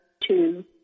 two